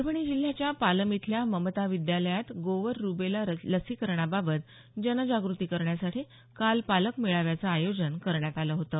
परभणी जिल्ह्याच्या पालम इथल्या ममता विद्यालयात गोवर रूबेला लसीकरणाबात जनजागृती करण्यासाठी काल पालक मेळाव्याचं आयोजन करण्यात आल होतं